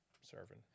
Serving